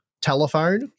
telephone